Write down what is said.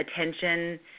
attention